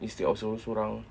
instead of seorang seorang